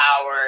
power